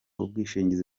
ubwishingizi